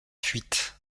fuite